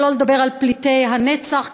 שלא לדבר על פליטי הנצח,